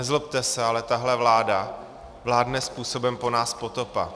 Nezlobte se, ale tahle vláda vládne způsobem po nás potopa.